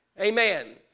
Amen